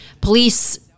police